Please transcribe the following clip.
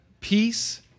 peace